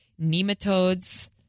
nematodes